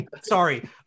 Sorry